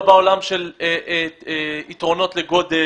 לא בעולם של יתרונות לגודל.